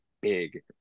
big